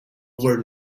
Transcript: were